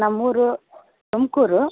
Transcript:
ನಮ್ಮ ಊರು ತುಮಕೂರು